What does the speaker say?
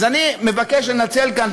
אז אני מבקש לנצל כאן,